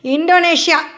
Indonesia